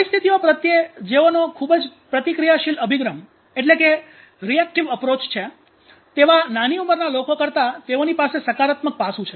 પરિસ્થિતિઓ પ્રત્યે જેઓનો ખૂબ પ્રતિક્રિયાશીલ અભિગમ છે તેવા નાની ઉમરના લોકો કરતાં તેઓની પાસે સકારાત્મક પાસું છે